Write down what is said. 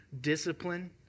discipline